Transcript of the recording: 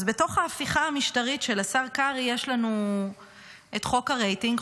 אז בתוך ההפיכה המשטרית של השר קרעי יש לנו את חוק הרייטינג,